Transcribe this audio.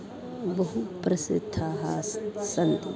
बहु प्रसिद्धाः स् सन्ति